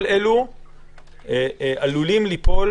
כל אלו עלולים ליפול